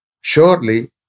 surely